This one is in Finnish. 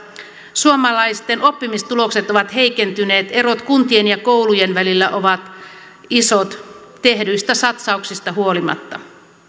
suomalaisten oppimistulokset ovat heikentyneet erot kuntien ja koulujen välillä ovat isot tehdyistä satsauksista huolimatta